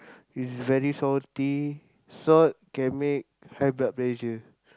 is very salty salt can make high blood pressure